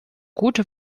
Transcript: gute